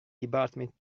department